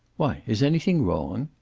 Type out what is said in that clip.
why, is anything wrong?